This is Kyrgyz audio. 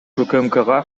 укмкга